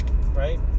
right